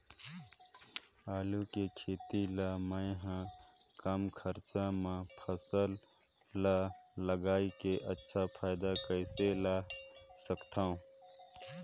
आलू के खेती ला मै ह कम खरचा मा फसल ला लगई के अच्छा फायदा कइसे ला सकथव?